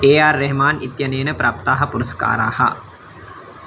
ए आर् रेहामान् इत्यनेन प्राप्ताः पुरस्काराः